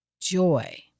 joy